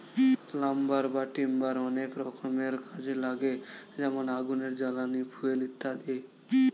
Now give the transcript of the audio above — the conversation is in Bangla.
লাম্বার বা টিম্বার অনেক রকমের কাজে লাগে যেমন আগুনের জ্বালানি, ফুয়েল ইত্যাদি